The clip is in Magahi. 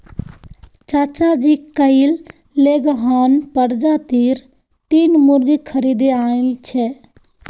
चाचाजी कइल लेगहॉर्न प्रजातीर तीन मुर्गि खरीदे आनिल छ